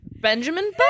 Benjamin